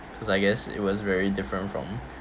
cause I guess it was very different from